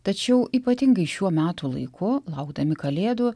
tačiau ypatingai šiuo metų laiku laukdami kalėdų